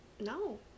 No